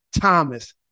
Thomas